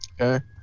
Okay